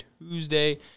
Tuesday